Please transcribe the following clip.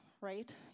right